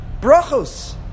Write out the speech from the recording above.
Brachos